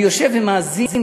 אני יושב ומאזין,